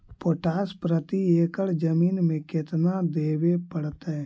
Potash प्रति एकड़ जमीन में केतना देबे पड़तै?